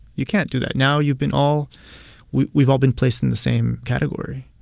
you can't do that. now you've been all we've we've all been placed in the same category.